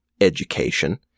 education